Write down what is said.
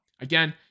again